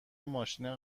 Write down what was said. ماشین